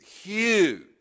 huge